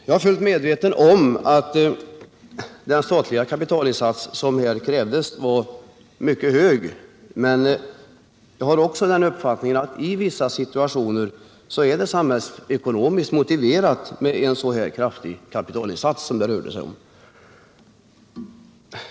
Jag är fullt medveten om att den statliga kapitalinsats som krävdes för Fengerfors Bruk var mycket hög, men jag har också den uppfattningen att i vissa situationer är det samhällsekonomiskt motiverat med en så kraftig kapitalinsats.